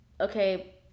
Okay